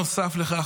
בנוסף לכך,